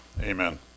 Amen